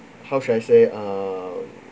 how should I say err